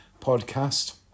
podcast